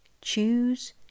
choose